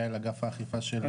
אגף האכיפה של משרד הבריאות.